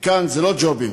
וכאן זה לא ג'ובים,